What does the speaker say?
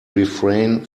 refrain